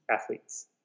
athletes